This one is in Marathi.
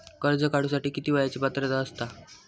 कर्ज काढूसाठी किती वयाची पात्रता असता?